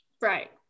Right